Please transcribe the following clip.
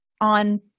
on